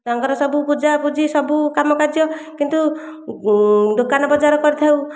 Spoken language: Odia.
ତାଙ୍କର ସବୁ ପୂଜାପୂଜି ସବୁ କାମ କାର୍ଯ୍ୟ କିନ୍ତୁ ଦୋକାନ ବଜାର କରିଥାଉ